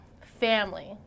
family